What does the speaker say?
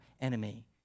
enemy